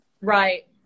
right